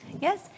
Yes